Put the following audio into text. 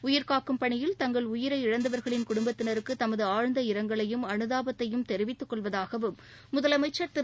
உயிர்க்காக்கும் பணியில் தங்கள் உயிரை இழந்தவர்களின் குடும்பத்தினருக்கு தமது ஆழ்ந்த இரங்கலையும் அனுதாபத்தையும் தெரிவித்துக் கொள்வதாகவும் முதலமைச்சா் திரு